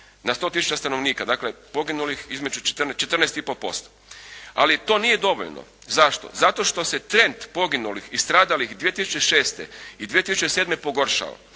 Na 100 tisuća stanovnika dakle poginulih između 14, 14,5%. Ali to nije dovoljno. Zašto? Zato što se trend poginulih i stradalih 2006. i 2007. pogoršao,